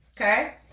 Okay